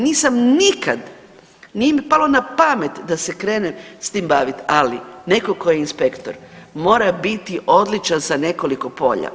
Nisam nikad, nije mi palo na pamet da se krenem s tim baviti, ali netko tko je inspektor mora biti odličan sa nekoliko polja.